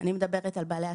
אני מדברת על בעלי עסקים,